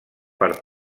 per